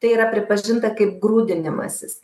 tai yra pripažinta kaip grūdinimasis